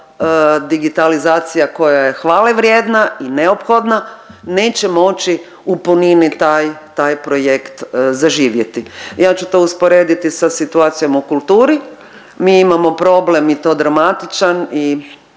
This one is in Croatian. ova digitalizacija koja je hvale vrijedna i neophodna neće moći u punini taj, taj projekt zaživjeti. Ja ću to usporediti sa situacijom u kulturi. Mi imamo problem i to dramatičan i